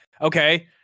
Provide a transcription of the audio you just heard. Okay